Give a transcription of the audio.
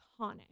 iconic